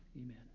amen